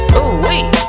Ooh-wee